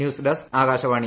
news desk Akashvani